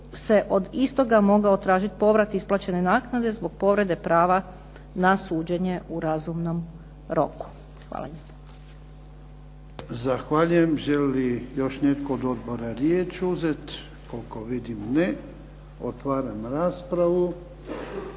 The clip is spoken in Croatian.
se od istoga mogao tražiti povrat isplaćene naknade zbog povrede prava na suđenje u razumnom roku. Hvala lijepa. **Jarnjak, Ivan (HDZ)** Zahvaljujem. Želi li još netko od odbora riječ uzeti? Koliko vidim ne. Otvaram raspravu.